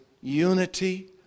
unity